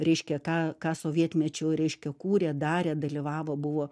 reiškia tą ką sovietmečiu reiškia kūrė darė dalyvavo buvo